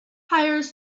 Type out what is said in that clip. hires